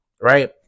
right